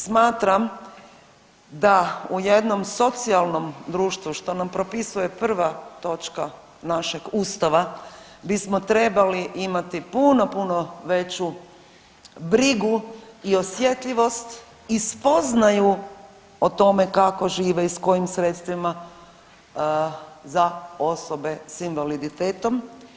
Smatram da u jednom socijalnom društvu što nam propisuje 1. Točka našeg Ustava bismo trebali imati puno, puno veću brigu i osjetljivost i spoznaju o tome kako žive i s kojim sredstvima za osobe s invaliditetom.